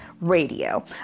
Radio